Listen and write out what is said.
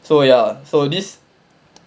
so ya so this